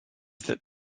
that